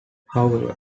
however